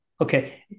Okay